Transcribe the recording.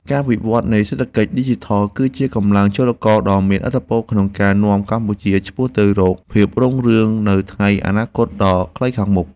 ការវិវត្តនៃសេដ្ឋកិច្ចឌីជីថលគឺជាកម្លាំងចលករដ៏មានឥទ្ធិពលក្នុងការនាំកម្ពុជាឆ្ពោះទៅរកភាពរុងរឿងនៅថ្ងៃអនាគតដ៏ខ្លីខាងមុខ។